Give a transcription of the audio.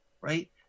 right